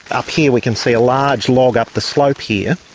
up here we can see a large log up the slope here,